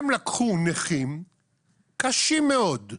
הם לקחו נכים קשים מאוד,